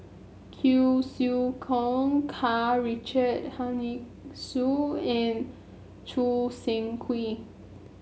cure Siew Choh Karl Richard Hanitsch and Choo Seng Quee